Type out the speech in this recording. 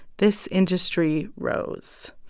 this industry rose.